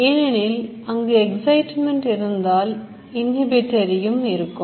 ஏனெனில் அங்கு excitement இருந்தால் inhibitory எம் இருக்கும்